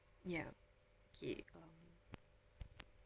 ya okay um